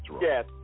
Yes